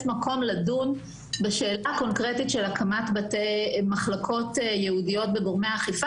מקום לדון בשאלה הקונקרטית של הקמת מחלקות ייעודיות בגורמי האכיפה.